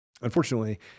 Unfortunately